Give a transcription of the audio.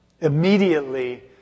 immediately